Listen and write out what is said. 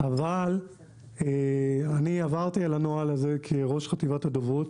אבל אני עברתי על הנוהל הזה כראש חטיבת הדוברות